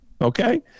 Okay